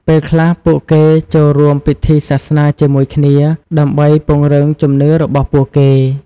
ពេលខ្លះពួកគេចូលរួមពិធីសាសនាជាមួយគ្នា ដើម្បីពង្រឹងជំនឿរបស់ពួកគេ។